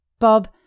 Bob